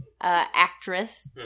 actress